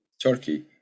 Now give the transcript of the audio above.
Turkey